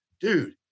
dude